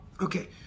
Okay